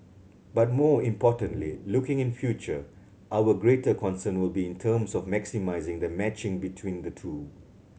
but more importantly looking in future our greater concern will be in terms of maximising the matching between the two